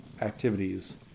activities